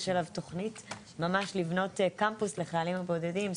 יש עליו תוכנית ממש לבנות קמפוס לחיילים בודדים,